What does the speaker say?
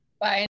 Bye